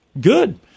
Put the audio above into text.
good